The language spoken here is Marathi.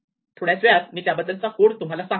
थोड्याच वेळात मी त्याबद्दलचा कोड तुम्हाला सांगतो